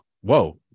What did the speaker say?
whoa